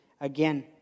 again